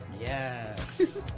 Yes